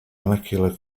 molecular